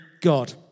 God